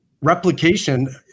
replication